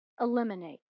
eliminate